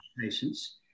patients